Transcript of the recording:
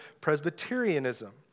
Presbyterianism